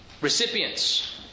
recipients